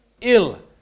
ill